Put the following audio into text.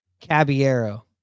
Caballero